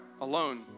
alone